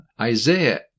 Isaiah